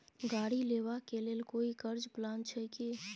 गाड़ी लेबा के लेल कोई कर्ज प्लान छै की?